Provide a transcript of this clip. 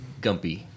Gumpy